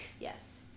Yes